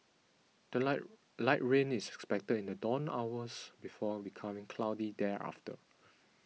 the light rain is expected in the dawn hours before becoming cloudy thereafter